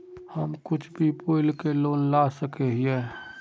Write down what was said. हम कुछ भी बोल के लोन ला सके हिये?